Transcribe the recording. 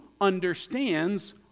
understands